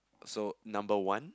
so number one